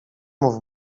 mów